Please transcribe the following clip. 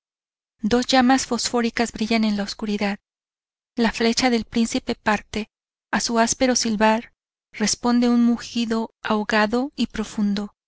dos llamas fosfóricas brillan en la oscuridad la flecha del príncipe parte a su áspero silbar responde un mugido ahogado y profundo